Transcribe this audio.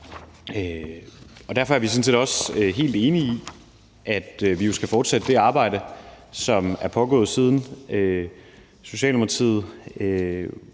Derfor er vi sådan set også helt enige i, at vi skal fortsætte det arbejde, som er pågået, siden Socialdemokratiet